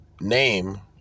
name